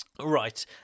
Right